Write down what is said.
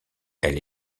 elle